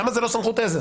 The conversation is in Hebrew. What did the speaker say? למה זה לא סמכות עזר?